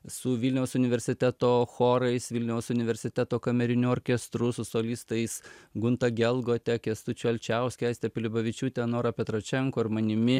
su vilniaus universiteto chorais vilniaus universiteto kameriniu orkestru su solistais gunta gelgote kęstučiu alčauskiu aiste pilibavičiūte nora petročenko ir manimi žodžiu